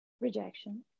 Rejection